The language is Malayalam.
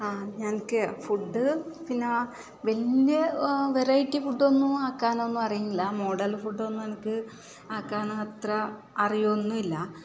ആ ഞങ്ങൾക്ക് ഫുഡ് പിന്നെ വലിയ വെറൈറ്റി ഫുഡൊന്നും ആക്കാനൊന്നും അറിയില്ല മോഡല് ഫുഡൊന്നും എനിക്ക് ആക്കാൻ അത്ര അറിയുമൊന്നുമില്ല